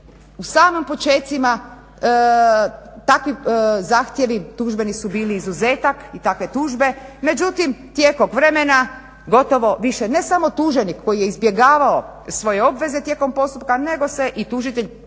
u samim počecima takvi zahtjevi tužbeni su bili izuzetak i takve tužbe. Međutim, tijekom vremena gotovo više ne samo tuženik koji je izbjegavao svoje obveze tijekom postupka nego se i tužitelj